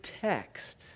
text